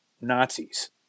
Nazis